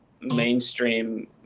mainstream